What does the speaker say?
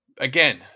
Again